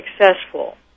successful